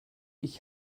ich